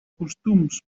costums